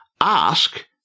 ask